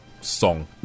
song